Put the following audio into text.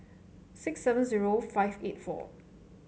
six seven zero five eight four